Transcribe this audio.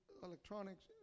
Electronics